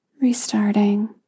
restarting